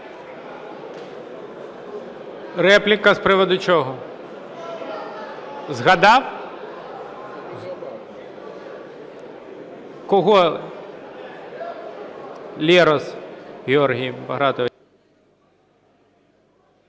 Репліка з приводу чого ? Згадав? Кого? Лерос Георій Багратович.